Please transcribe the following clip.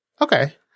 Okay